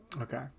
okay